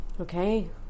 okay